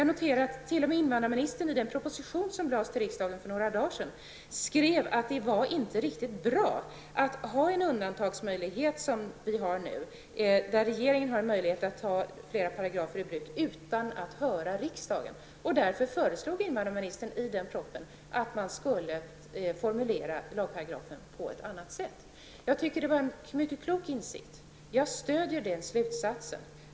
Jag noterar att t.o.m. invandrarministern i den proposition som framlades för riksdagen för några dagar sedan skrev att det inte är riktigt att ha en sådan undantagsmöjlighet som vi har nu, där regeringen har möjlighet att ta flera paragrafer i bruk utan att höra riksdagen. Därför föreslog invandrarministern i propositionen att man skulle formulera lagparagrafen på ett annat sätt. Jag tycker att det var en mycket klok insikt, och jag stöder den slutsatsen.